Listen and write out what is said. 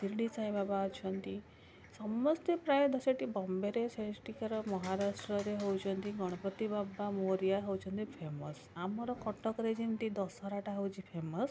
ଶିରିଡ଼ି ସାଇ ବାବା ଅଛନ୍ତି ସମେସ୍ତେ ପ୍ରାୟେ ସେଇଠି ବମ୍ବେରେ ସେଠିକାର ମହାରାଷ୍ଟ୍ରରେ ହେଉଛନ୍ତି ଗଣପତି ବାବା ମୋରୟା ହେଉଛନ୍ତି ଫେମସ୍ ଆମର କଟକରେ ଯେମିତି ଦଶହରାଟା ହେଉଛି ଫେମସ୍